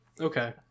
Okay